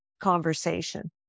conversation